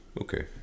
okay